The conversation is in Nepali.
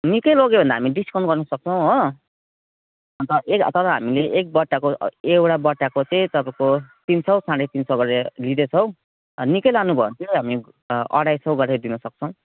निक्कै लग्यो भने त हामी डिस्काउन्ट गर्नु सक्छौँ हो अन्त एक तर हामीले एक बट्टाको एउटा बट्टाको चाहिँ तपाईँको तिन सौ साढे तिन सौ गरेर लिँदैछौँ निक्कै लानु भयो यो भने चाहिँ हामी अढाई सौ गरेर दिनसक्छौँ